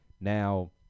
Now